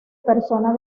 persona